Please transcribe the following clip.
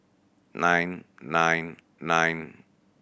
nine nine nine